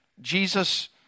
Jesus